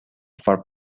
for